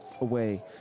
away